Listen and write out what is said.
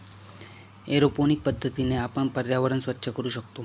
aeroponic पद्धतीने आपण पर्यावरण स्वच्छ करू शकतो